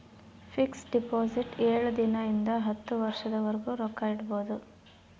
fix deposit ಏಳು ದಿನ ಇಂದ ಹತ್ತು ವರ್ಷದ ವರ್ಗು ರೊಕ್ಕ ಇಡ್ಬೊದು